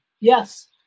Yes